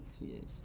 Yes